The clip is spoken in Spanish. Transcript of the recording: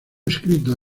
escrito